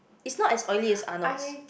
is not as oily as Arnold's